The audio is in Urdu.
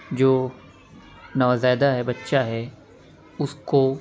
جو نوزائیدہ ہے بچہ ہے اس کو